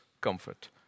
comfort